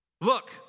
Look